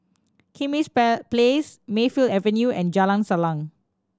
Kismis Place Mayfield Avenue and Jalan Salang